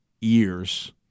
years